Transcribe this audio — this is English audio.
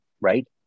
right